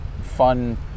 fun